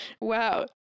Wow